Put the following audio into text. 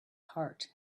heart